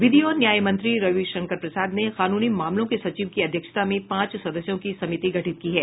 विधि और न्याय मंत्री रवि शंकर प्रसाद ने कानूनी मामलों के सचिव की अध्यक्षता में पांच सदस्यों की समिति गठित की है